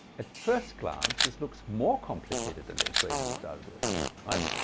at first glance this looks more complicated than the equation we started with right?